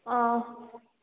अँ